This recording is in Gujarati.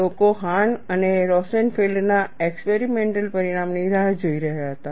લોકો હાન અને રોસેનફેલ્ડ ના એક્સપેરિમેન્ટલ પરિણામની રાહ જોઈ રહ્યા હતા